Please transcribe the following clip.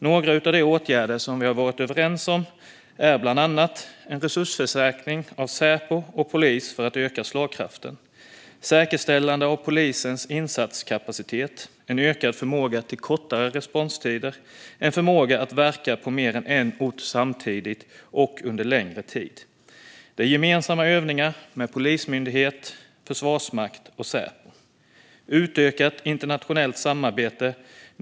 Några av de åtgärder vi har varit överens om är bland annat en resursförstärkning av Säpo och polisen för att öka slagkraften, säkerställande av polisens insatskapacitet med ökad förmåga till kortare responstider och att verka på mer än en ort samtidigt och under en längre tid, gemensamma övningar mellan Polismyndigheten, Försvarsmakten och Säpo samt utökat internationellt samarbete.